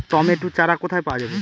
Tomato চারা কোথায় পাওয়া যাবে?